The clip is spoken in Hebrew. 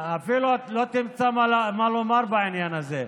אפילו לא תמצא מה לומר בעניין הזה,